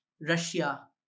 Russia